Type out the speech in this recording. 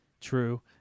true